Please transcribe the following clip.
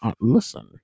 Listen